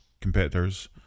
competitors